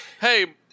hey